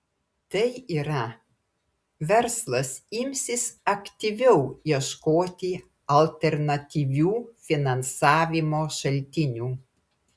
tai yra verslas imsis aktyviau ieškoti alternatyvių finansavimo šaltinių